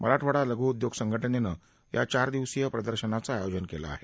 मराठवाडा लघु उद्घोग संघटनेनं या चार दिवसीय प्रदर्शनाचं आयोजन केलं आहे